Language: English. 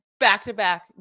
back-to-back